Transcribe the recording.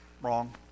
Wrong